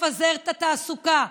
לפזר את התעסוקה,